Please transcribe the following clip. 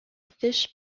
fish